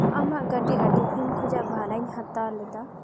ᱟᱢᱟᱜ ᱜᱟᱹᱰᱤ ᱟᱹᱰᱤ ᱫᱤᱱ ᱠᱷᱚᱱᱟᱜ ᱵᱷᱟᱲᱟᱧ ᱦᱟᱛᱟᱣ ᱞᱮᱫᱟ